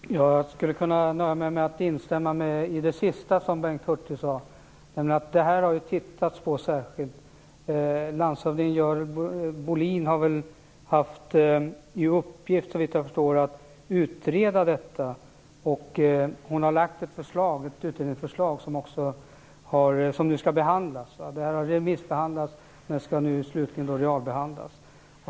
Herr talman! Jag skulle kunna nöja mig med att instämma i det som Bengt Hurtig avslutade med, om att detta särskilt har undersökts. Landshövding Görel Bohlin har haft i uppgift att utreda frågan, och hon har lagt fram ett utredningsförslag som har remissbehandlats och som nu skall slutbehandlas.